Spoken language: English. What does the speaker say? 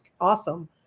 awesome